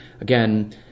again